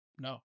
No